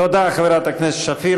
תודה לחברת הכנסת שפיר.